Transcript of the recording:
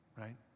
Right